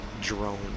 drone